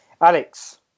Alex